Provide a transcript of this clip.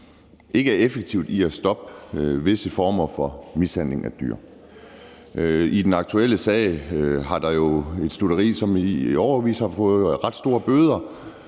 ikke er effektivt i forhold til at stoppe visse former for mishandling af dyr. I den aktuelle sag er der jo et stutteri, som i årevis har fået ret store bøder,